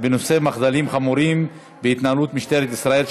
בנושא המחדלים החמורים בהתנהלות משטרת ישראל,